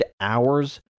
hours